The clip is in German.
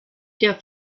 der